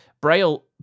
Braille